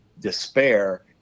despair